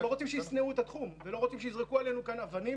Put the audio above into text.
אנחנו לא רוצים שישנאו את התחום ויזרקו עלינו אבנים